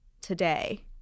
today